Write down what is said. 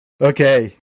Okay